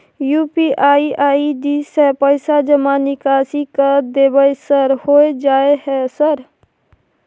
UPI ID से पैसा जमा निकासी कर देबै सर होय जाय है सर?